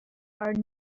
are